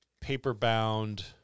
paper-bound